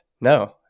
No